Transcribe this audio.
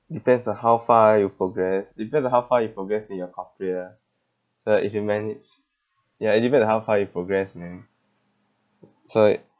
depends on how far you progress depends on how far you progress in your company ah uh if you managed ya it depend on how far you progress man so it